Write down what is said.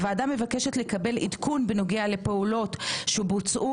הוועדה מבקשת לקבל עדכון בנוגע לפעולות שבוצעו